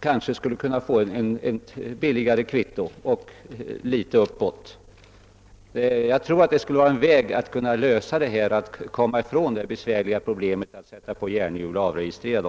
kanske kunna få ett lägre pris på skattekvittot, och för andra skulle skatten ligga högre. Jag tror att detta skulle vara ett sätt att komma ifrån det besvärliga problem som det innebär att antingen få lov att sätta järnhjul på sin traktor eller också avregistrera den.